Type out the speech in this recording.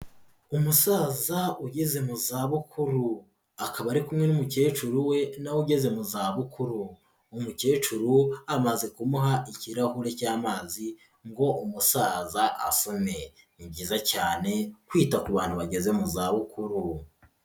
Umusaza ugeze mu zabukuru, akaba ari kumwe n'umukecuru we, na we ugeze mu zabukuru, umukecuru amaze kumuha ikirahure cy'amazi ngo umusaza asome. Ni byiza cyane kwita ku bantu bageze mu zabukuru.